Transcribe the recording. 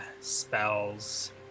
spells